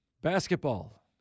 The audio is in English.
basketball